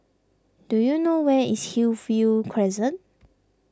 do you know where is Hillview Crescent